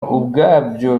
ubwabyo